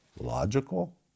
logical